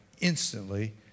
instantly